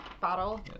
bottle